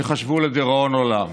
ייחשבו לדיראון עולם.